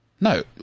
no